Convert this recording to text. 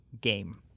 game